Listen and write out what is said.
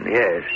yes